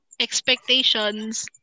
expectations